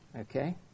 Okay